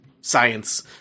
science